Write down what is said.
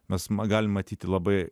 mes ma galim matyti labai